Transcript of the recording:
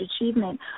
achievement